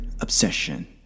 obsession